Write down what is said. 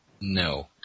No